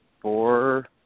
four